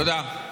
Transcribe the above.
תודה.